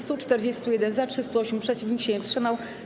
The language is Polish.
141 - za, 308 - przeciw, nikt się nie wstrzymał.